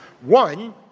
One